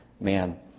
man